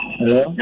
hello